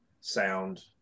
sound